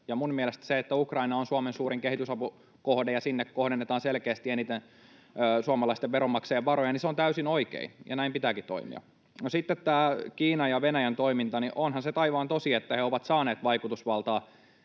minun mielestäni se, että Ukraina on Suomen suurin kehitysavun kohde ja sinne kohdennetaan selkeästi eniten suomalaisten veronmaksajien varoja, on täysin oikein, ja näin pitääkin toimia. No, sitten tämä Kiinan ja Venäjän toiminta: Onhan se taivaan tosi, että he ovat saaneet vaikutusvaltaa